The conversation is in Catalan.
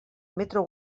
metro